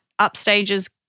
upstages